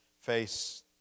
face